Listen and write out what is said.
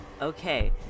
Okay